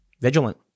vigilant